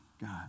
God